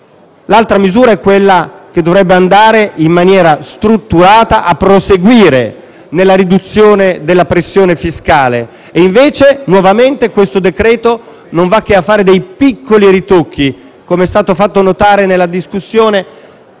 L'altra misura è quella che dovrebbe andare in maniera strutturata a proseguire nella riduzione della pressione fiscale e invece, nuovamente, il decreto-legge in esame non fa che piccoli ritocchi - come è stato fatto notare nella discussione